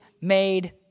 made